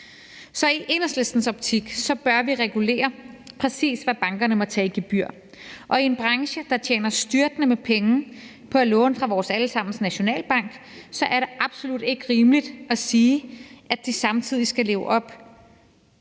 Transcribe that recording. Så i Enhedslistens optik bør vi regulere, præcis hvad bankerne må tage i gebyr. Og i en branche, der tjener styrtende med penge på at låne fra vores alle sammens Nationalbank, er det absolut ikke urimeligt at sige, at de samtidig skal leve op